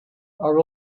are